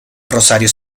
rosario